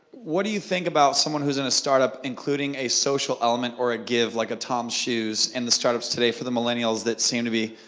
what do you think about someone who's in a startup including a social element or a give like a tom's shoes in the startups today for the millennials that seem to be,